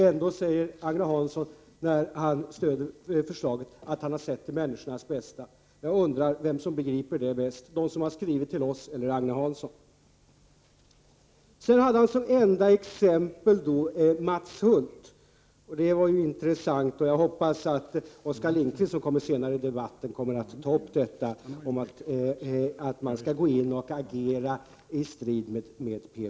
Ändå säger Agne Hansson, när han stöder förslaget, att han har sett till människornas bästa. Jag undrar vem som begriper det bäst — de som har skrivit till oss eller Agne Hansson. Som enda exempel nämnde Agne Hansson socialdemokraten Mats Hulth. Det var ju intressant — jag hoppas att Oskar Lindkvist, som kommer senare i debatten, kommer att ta upp detta om att man skall gå in och agera i strid med PBL.